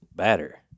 Batter